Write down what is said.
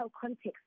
context